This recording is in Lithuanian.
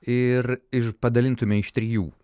ir iž padalintume iš trijų